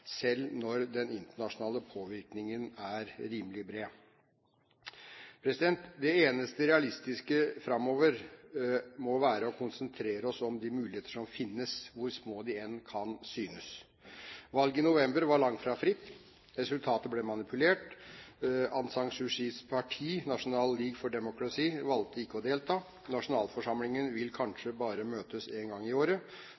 selv når den internasjonale påvirkningen er rimelig bred. Det eneste realistiske framover må være å konsentrere seg om de muligheter som finnes, hvor små de enn kan synes. Valget i november var langt fra fritt. Resultatet ble manipulert. Aung San Suu Kyis parti, National League for Democracy, valgte å ikke delta. Nasjonalforsamlingen vil